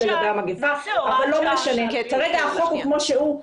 כרגע החוק הוא כמו שהוא.